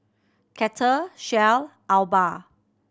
Kettle Shell Alba